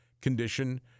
condition